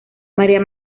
maría